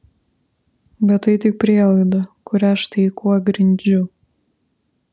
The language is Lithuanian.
bet tai tik prielaida kurią štai kuo grindžiu